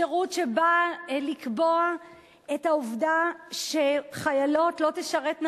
שירות שבא לקבוע את העובדה שחיילות לא תשרתנה